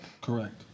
Correct